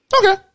Okay